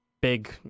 big